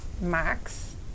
Max